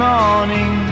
morning